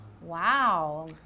Wow